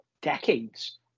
decades